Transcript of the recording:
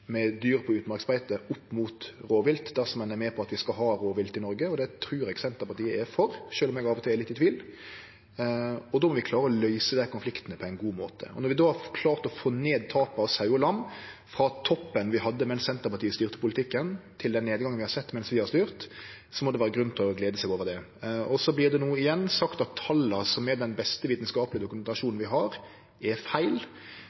med dyr på utmarksbeite opp mot rovvilt dersom ein er med på at vi skal ha rovvilt i Noreg, og det trur eg Senterpartiet er for, sjølv om eg av og til er litt i tvil. Då må vi klare å løyse den konflikten på ein god måte. Når vi no har klart å få ned tapet av sau og lam frå toppen vi hadde mens Senterpartiet styrte politikken, til den nedgangen vi har sett mens vi har styrt, må det vere grunn til å glede seg over det. Så vert det no igjen sagt at tala, som er den beste vitskapelege dokumentasjonen vi har, er feil.